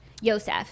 Yosef